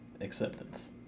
Acceptance